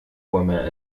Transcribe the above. vormen